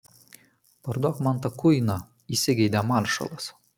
parduok man tą kuiną įsigeidė maršalas